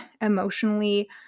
emotionally